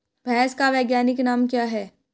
भैंस का वैज्ञानिक नाम क्या है?